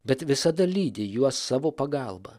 bet visada lydi juos savo pagalba